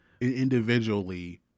Individually